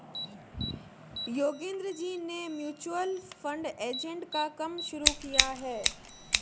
योगेंद्र जी ने mutual fund agent का काम शुरू किया है